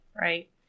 Right